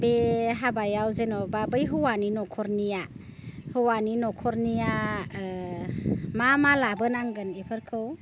बे हाबायाव जेनेबा बै हौवानि न'खरनिया हौवानि न'खरनिया मा मा लाबोनांगोन बेफोरखौ